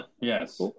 Yes